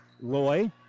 Loy